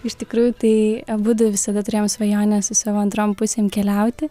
iš tikrųjų tai abudu visada turėjom svajonę su savo antrom pusėm keliauti